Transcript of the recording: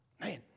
Man